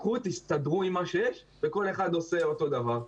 קחו, תסתדרו עם מה שיש, וכל אחד עושה אותו דבר.